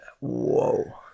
Whoa